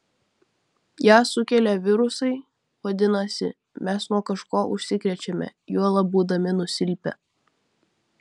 ją sukelia virusai vadinasi mes nuo kažko užsikrečiame juolab būdami nusilpę